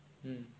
mm